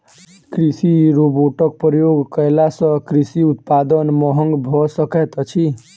कृषि रोबोटक प्रयोग कयला सॅ कृषि उत्पाद महग भ सकैत अछि